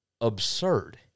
absurd